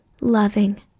loving